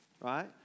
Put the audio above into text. right